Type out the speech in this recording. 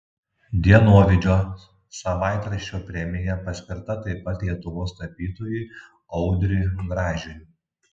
dienovidžio savaitraščio premija paskirta taip pat lietuvos tapytojui audriui gražiui